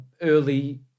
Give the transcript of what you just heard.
early